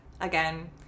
again